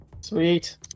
Sweet